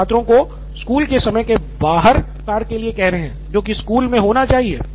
हम छात्रों को स्कूल के समय के बाहर कार्य के लिए कह रहे हैं जो कि स्कूल मे होना चाहिए